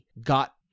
got